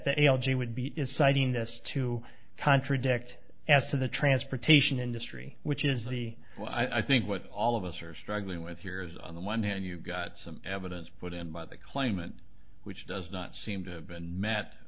the algae would be deciding this to contradict as to the transportation industry which is the well i think what all of us are struggling with here is on the one hand you've got some evidence put in by the claimant which does not seem to have been met